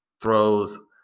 throws